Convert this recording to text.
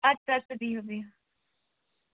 ادٕ سا ادٕ سا بہِو بِہِو